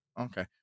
okay